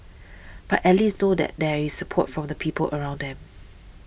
but at least know that there is support from the people around them